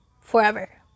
forever